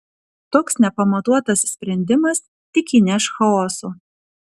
toks nepamatuotas sprendimas tik įneš chaoso